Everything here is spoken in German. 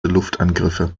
luftangriffe